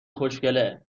خوشگله